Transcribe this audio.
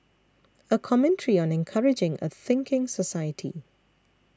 a commentary on encouraging a thinking society